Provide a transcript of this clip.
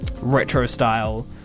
retro-style